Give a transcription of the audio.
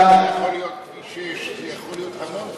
זה יכול להיות כביש 6, זה יכול להיות המון דברים.